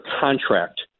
contract